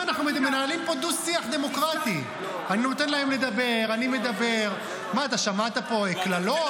--- אבל אני אומר לך שעכשיו קורה משהו במדינה.